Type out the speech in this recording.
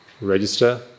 register